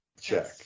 check